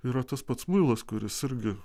yra tas pats muilas kuris irgi